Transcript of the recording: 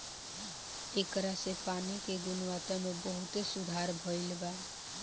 ऐकरा से पानी के गुणवत्ता में बहुते सुधार भईल बा